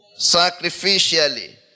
Sacrificially